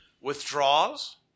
withdraws